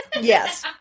Yes